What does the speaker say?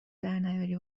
درنیاری